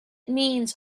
means